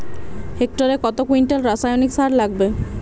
হেক্টরে কত কুইন্টাল রাসায়নিক সার লাগবে?